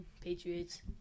Patriots